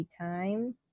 time